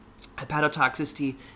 Hepatotoxicity